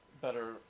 better